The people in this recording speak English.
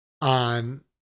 on